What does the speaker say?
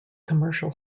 commercial